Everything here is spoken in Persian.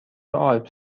آلپ